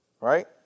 right